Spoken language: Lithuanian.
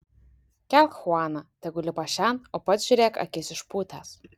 kelk chuaną tegu lipa šen o pats žiūrėk akis išpūtęs